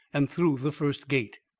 and through the first gate.